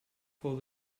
fou